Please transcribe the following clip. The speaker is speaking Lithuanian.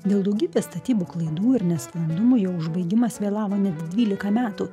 dėl daugybės statybų klaidų ir nesklandumų jo užbaigimas vėlavo net dvylika metų